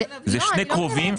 זה שני קרובים